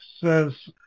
says